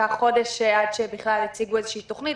לקח חודש עד שבכלל הציגו איזושהי תוכנית,